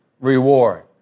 reward